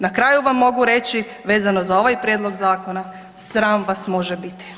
Na kraju vam mogu reći vezano za ovaj prijedloga zakona, sram vas može biti.